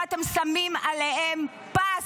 שאתם שמים עליהם פס,